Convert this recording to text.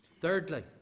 thirdly